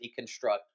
deconstruct